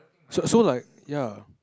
so so like ya